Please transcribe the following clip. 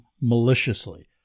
maliciously